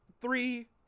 three